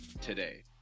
today